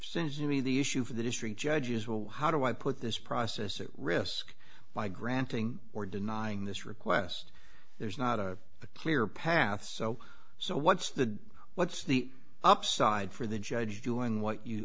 since to me the issue for the district judges will how do i put this process at risk by granting or denying this request there's not a clear path so so what's the what's the upside for the judge doing what you